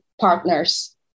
partners